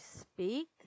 speak